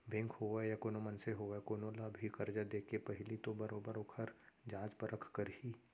bank होवय या कोनो मनसे होवय कोनो ल भी करजा देके पहिली तो बरोबर ओखर जाँच परख करही